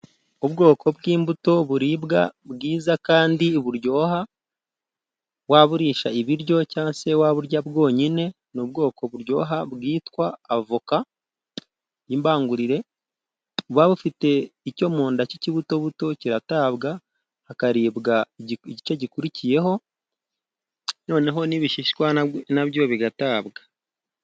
Ubwoko bw'imbuto buribwa bwiza kandi buryoha, waburisha ibiryo cyangwa se waburya bwonyine, ni ubwoko buryoha bwitwa avoka y'imbangurire buba bufite icyo mu nda cy'ikibuto buto kiratabwa hakaribwa igice gikurikiyeho noneho n'ibi nabyo bigatabwa.